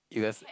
you have